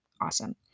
awesome